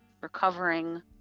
recovering